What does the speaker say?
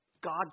God